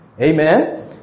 Amen